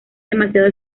demasiado